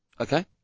Okay